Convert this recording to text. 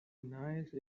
nice